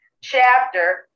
chapter